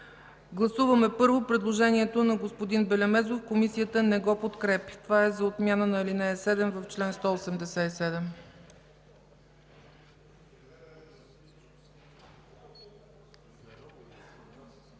Гласуваме първо предложението на господин Белемезов. Комисията не го подкрепя. Това е за отмяна на ал. 7 в чл. 187.